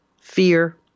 Fear